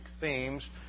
themes